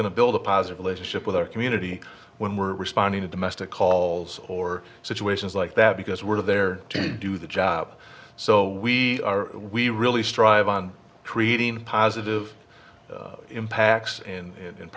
going to build a positive relationship with our community when we're responding to domestic calls or situations like that because we're there to do the job so we are we really strive on creating positive impacts